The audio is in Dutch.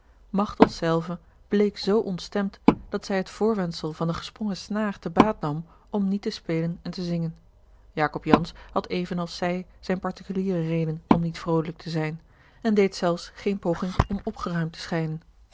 machteld zelve bleek z ontstemd dat zij het voorwendsel van de gesprongen snaar te baat nam om niet te spelen en te zingen jacob jansz had evenals zij zijne particuliere reden om niet vroolijk te zijn en deed zelfs geene poging om opgeruimd te schijnen